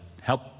help